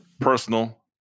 personal